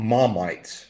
Marmite